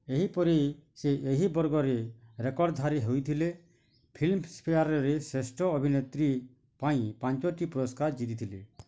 ଏହିପରି ସେ ଏହି ବର୍ଗରେ ରେକର୍ଡ଼ଧାରୀ ହୋଇଥିଲେ ଫିଲ୍ମଫେୟାରରେ ଶ୍ରେଷ୍ଠ ଅଭିନେତ୍ରୀ ପାଇଁ ପାଞ୍ଚଟି ପୁରସ୍କାର ଜିତିଥିଲେ